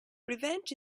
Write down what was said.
revenge